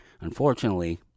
Unfortunately